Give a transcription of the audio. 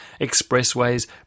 expressways